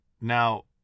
Now